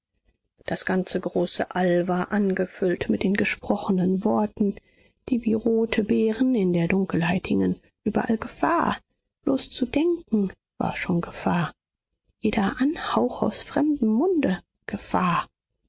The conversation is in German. das ganze große all war angefüllt mit den gesprochenen worten die wie rote beeren in der dunkelheit hingen überall gefahr bloß zu denken war schon gefahr jeder anhauch aus fremdem munde gefahr